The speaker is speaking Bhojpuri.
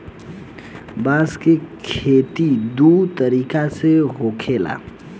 बांस के खेती दू तरीका से होखेला